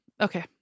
okay